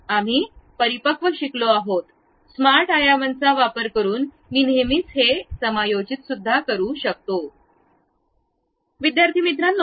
आम्ही परिपक्व शिकलो आहोत स्मार्ट आयामांचा वापर करून मी नेहमी हे समायोजित करू शकतो